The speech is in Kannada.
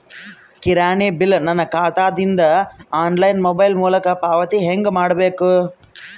ಕಿರಾಣಿ ಬಿಲ್ ನನ್ನ ಖಾತಾ ದಿಂದ ಆನ್ಲೈನ್ ಮೊಬೈಲ್ ಮೊಲಕ ಪಾವತಿ ಹೆಂಗ್ ಮಾಡಬೇಕು?